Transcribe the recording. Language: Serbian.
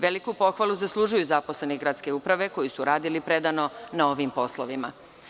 Veliku pohvalu zaslužuju zaposleni gradske uprave koji su radili predano na ovim poslovima.